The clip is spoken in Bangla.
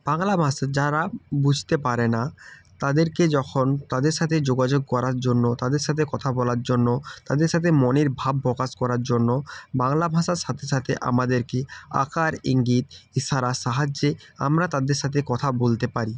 বাংলা ভাষা যারা বুঝতে পারে না তাদেরকে যখন তাদের সাথে যোগাযোগ করার জন্য তাদের সাথে কথা বলার জন্য তাদের সাথে মনের ভাব প্রকাশ করার জন্য বাংলা ভাষার সাথে সাথে আমাদেরকে আকার ইঙ্গিত ইশারার সাহায্যে আমরা তাদের সাথে কথা বলতে পারি